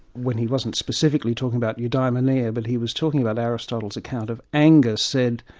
when he wasn't specifically talking about eudaimonia, but he was talking about aristotle's account of anger, said,